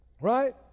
Right